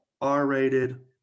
R-rated